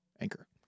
Anchor